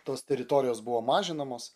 tos teritorijos buvo mažinamos